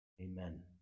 Amen